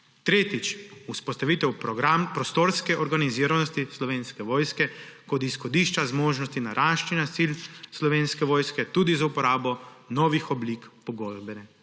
Tretjič, vzpostavitev programa prostorske organiziranosti Slovenske vojske kot izhodišča z možnostjo naraščanja sil Slovenske vojske tudi za uporabo novih oblik pogodbene